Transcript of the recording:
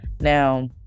Now